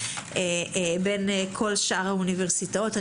בין כל שאר האוניברסיטאות.